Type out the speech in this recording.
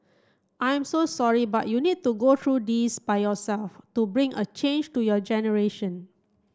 I'm so sorry but you need to go through this by yourself to bring a change to your generation